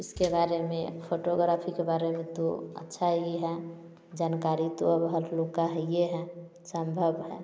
इसके बारे में फोटोग्राफी के बारे में तो अच्छा ही है जानकारी तो अब हर लोग का है ही है संभव है